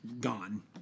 gone